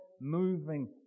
moving